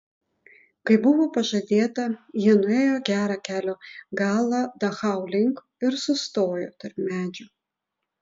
kaip buvo pažadėta jie nuėjo gerą kelio galą dachau link ir sustojo tarp medžių